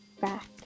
back